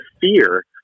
fear